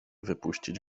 wypuścić